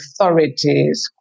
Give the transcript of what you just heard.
authorities